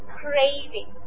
craving